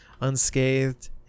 unscathed